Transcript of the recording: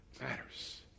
matters